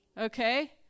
okay